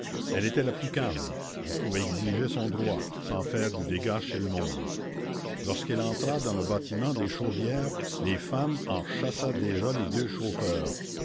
elle était la plus calme on pouvait exiger son droit sans faire du dégât chez le monde lorsqu'elle entra dans le bâtiment des chaudières les femmes en chassaient déjà les deux chauffeurs